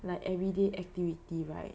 like everyday activity right